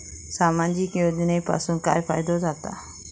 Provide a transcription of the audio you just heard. सामाजिक योजनांपासून काय फायदो जाता?